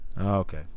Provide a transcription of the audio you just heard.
Okay